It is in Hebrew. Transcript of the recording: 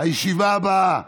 הישיבה הבאה